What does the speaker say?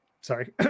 Sorry